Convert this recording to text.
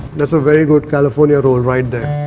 that's a very good california roll right there.